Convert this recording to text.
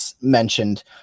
mentioned